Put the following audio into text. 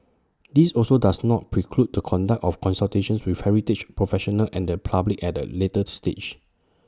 this also does not preclude the conduct of consultations with heritage professionals and the public at A later stage